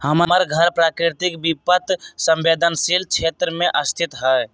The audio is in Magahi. हमर घर प्राकृतिक विपत संवेदनशील क्षेत्र में स्थित हइ